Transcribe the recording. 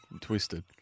Twisted